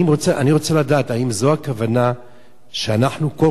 אני רוצה לדעת האם זו הכוונה כשאנחנו כל